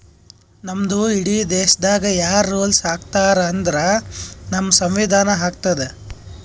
ನಮ್ದು ಇಡೀ ದೇಶಾಗ್ ಯಾರ್ ರುಲ್ಸ್ ಹಾಕತಾರ್ ಅಂದುರ್ ನಮ್ದು ಸಂವಿಧಾನ ಹಾಕ್ತುದ್